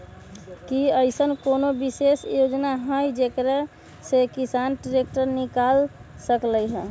कि अईसन कोनो विशेष योजना हई जेकरा से किसान ट्रैक्टर निकाल सकलई ह?